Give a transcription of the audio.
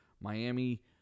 Miami